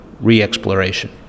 re-exploration